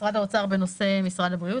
האוצר בנושא משרד הבריאות.